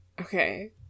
Okay